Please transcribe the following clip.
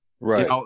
Right